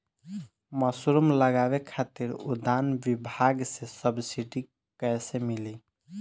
Mushroom लगावे खातिर उद्यान विभाग से सब्सिडी कैसे मिली?